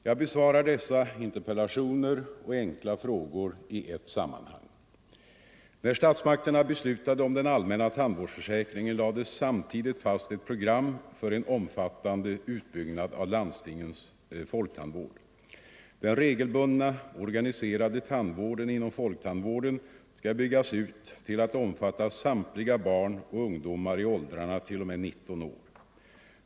Jag besvarar dessa interpellationer och enkla frågor i ett sammanhang. När statsmakterna beslutade om den allmänna tandvårdsförsäkringen lades samtidigt fast ett program för en omfattande utbyggnad av landstidens folktandvård. Den regelbundna, organiserade tandvården inom folktandvården skall byggas ut till att omfatta samtliga barn och ungdomar i åldrarna t.o.m. 19 år.